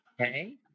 okay